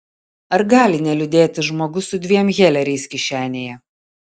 ar gali neliūdėti žmogus su dviem heleriais kišenėje